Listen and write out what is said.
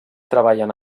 treballen